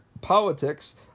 Politics